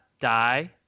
die